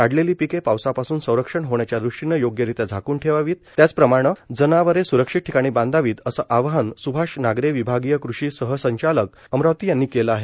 काढलेली पिके पावसापासून संरक्षण होण्याच्या दृष्टीन योग्यरित्या झाकून ठेवावीत त्याचं प्रमाण जनावरे सुरक्षित ठिकाणी बांधवीत असं आवाहन सुभाष नागरे विभागीय कृषी सहसचालक अमरावती यांनी केल आहे